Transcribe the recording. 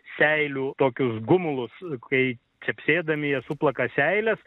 seilių tokius gumulus kai čepsėdami jie suplaka seiles